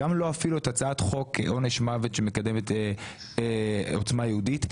אפילו גם לא הצעת חוק עונש מוות שמקדמת עוצמה יהודית,